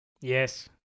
Yes